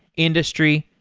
industry,